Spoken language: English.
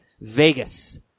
Vegas